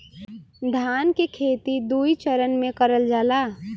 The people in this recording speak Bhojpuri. धान के खेती दुई चरन मे करल जाला